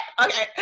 Okay